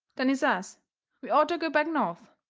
then he says we orter go back north.